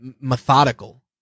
methodical